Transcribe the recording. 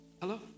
Hello